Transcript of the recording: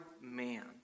man